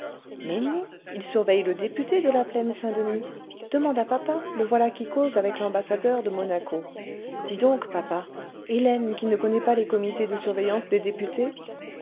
mais non il surveille le député de la plaine saint-denis demande à papa le voilà qui cause avec l'ambassadeur de monaco dis donc papa hélène qui ne connaît pas les comités de surveillance des députés